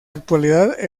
actualidad